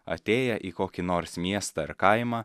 atėję į kokį nors miestą ar kaimą